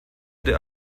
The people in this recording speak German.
der